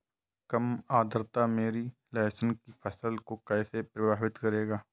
कम आर्द्रता मेरी लहसुन की फसल को कैसे प्रभावित करेगा?